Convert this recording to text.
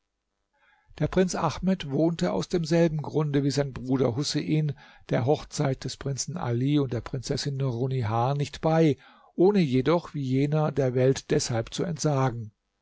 der prinz ahmed wohnte aus demselben grunde wie sein bruder husein der hochzeit des prinzen ali und der prinzessin nurunnihar nicht bei ohne jedoch wie jener der welt deshalb zu entsagen